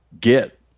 get